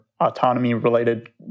autonomy-related